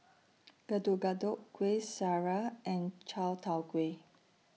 Getuk Getuk Kueh Syara and Chai Tow Kuay